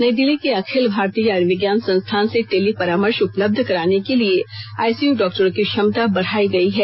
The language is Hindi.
नई दिल्ली के अखिल भारतीय आर्युविज्ञान संस्थान से टेली परामर्श उपलब्ध कराने के लिए आइसीयू डॉक्टरों की क्षमता बढ़ाई गई है